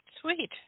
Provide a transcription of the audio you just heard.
sweet